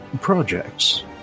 projects